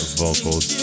vocals